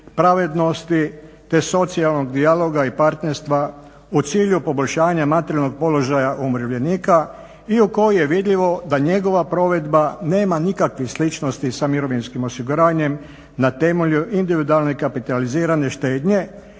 pravednosti te socijalnog dijaloga i partnerstva u cilju poboljšanja materijalnog položaja umirovljenika i u kojem je vidljivo da njegova provedba nema nikakvih sličnosti sa mirovinskim osiguranjem na temelju individualne kapitalizirane štednje